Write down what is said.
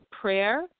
prayer